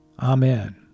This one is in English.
Amen